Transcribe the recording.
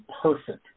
perfect